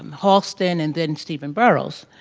um halston and then stephen burrows,